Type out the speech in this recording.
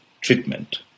treatment